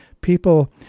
People